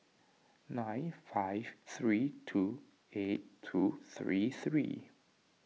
nine five three two eight two three three